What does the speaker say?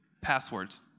Passwords